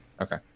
okay